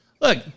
Look